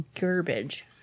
garbage